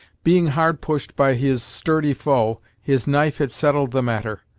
being hard pushed by his sturdy foe, his knife had settled the matter.